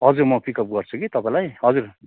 हजुर म पिकअप गर्छु कि तपाईँलाई हजुर